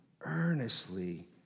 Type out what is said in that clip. Earnestly